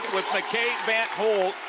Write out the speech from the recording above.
with mackay van't hul.